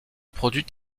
produit